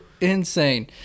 insane